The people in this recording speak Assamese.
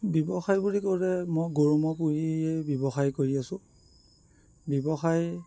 ব্যৱসায় বুলি ক'লে মই গৰু ম'হ পুহিয়েই ব্যৱসায় কৰি আছো ব্যৱসায়